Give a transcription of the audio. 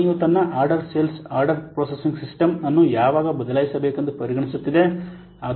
ಕಂಪನಿಯು ತನ್ನ order sales order processing system ಅನ್ನು ಯಾವಾಗ ಬದಲಾಯಿಸಬೇಕೆಂದು ಪರಿಗಣಿಸುತ್ತಿದೆ